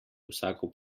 vsako